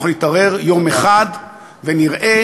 אנחנו נתעורר יום אחד ונראה,